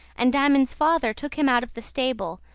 and diamond's father took him out of the stable,